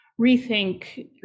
rethink